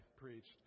preached